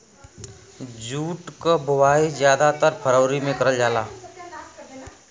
jute क बोवाई जादातर फरवरी में करल जाला